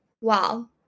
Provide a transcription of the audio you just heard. Wow